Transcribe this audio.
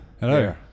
Hello